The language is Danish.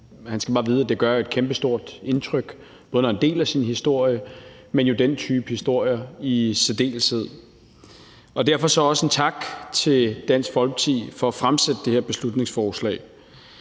han skal bare vide, at det gør et kæmpestort indtryk, både når han deler sin historie, men jo også at høre den type historier i særdeleshed. Derfor vil jeg også komme med en tak til Dansk Folkeparti for at fremsætte det her beslutningsforslag.